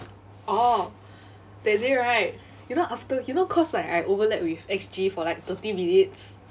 oh that day right you know after you know cause like I overlapped with X_G for like thirty minutes